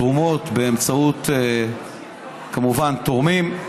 תרומות, כמובן באמצעות תורמים,